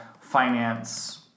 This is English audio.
finance